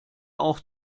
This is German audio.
auch